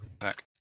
back